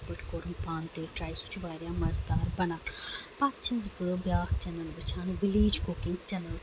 کوٚرُم پانہٕ تہِ ٹراے سُہ چھُ واریاہ مَزٕ دار بَنان پَتہٕ چھَس بہٕ بیاکھ چنل وٕچھان وِلیج کُکِنگ چنل